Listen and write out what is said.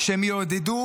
שהם יעודדו